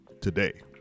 Today